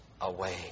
away